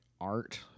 art